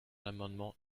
l’amendement